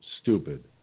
stupid